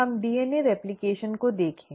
अब हम डीएनए प्रतिकृति को देखें